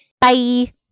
Bye